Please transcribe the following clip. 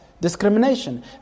discrimination